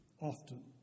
often